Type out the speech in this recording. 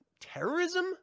terrorism